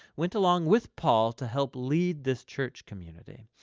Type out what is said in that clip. went along with paul to help lead this church community.